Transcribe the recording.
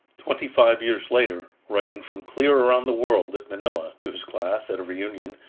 twenty-five years later, writing from clear around the world, at manila, to his class, at a reunion,